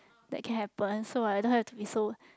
that can happen so I don't have to be so